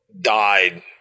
died